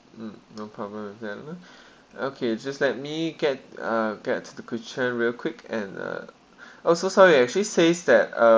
mm no problem with that ah okay just let me get uh get to the kitchen real quick and uh oh so sorry it actually says that uh